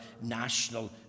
national